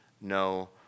no